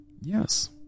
Yes